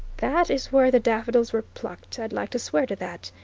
that is where the daffodils were plucked, i'd like to swear to that.